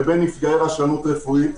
לבין נפגעי רשלנות רפואית,